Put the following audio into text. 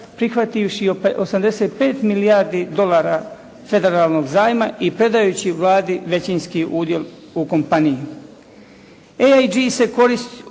prihvativši 85 milijardi dolara federalnog zajma i predajući Vladi većinski udjel u kompaniji. "AIG" se u korist